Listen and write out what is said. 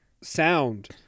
sound